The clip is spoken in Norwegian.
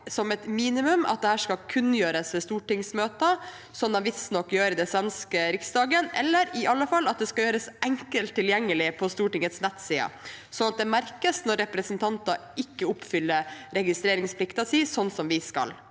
som et minimum at dette skal kunngjøres i stortingsmøter, slik det visstnok gjøres i den svenske riksdagen, eller i alle fall at det skal gjøres enkelt tilgjengelig på Stortingets nettsider, slik at det merkes når representanter ikke oppfyller registreringsplikten slik de skal.